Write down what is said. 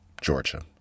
Georgia